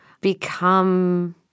become